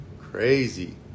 crazy